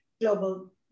global